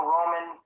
Roman